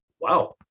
wow